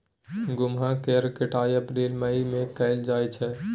गहुम केर कटाई अप्रील मई में कएल जाइ छै